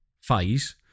phase